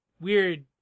weird